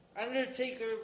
Undertaker